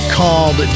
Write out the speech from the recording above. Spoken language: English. called